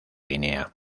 guinea